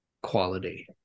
quality